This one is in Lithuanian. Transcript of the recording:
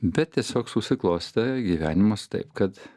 bet tiesiog susiklostė gyvenimas taip kad